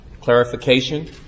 clarification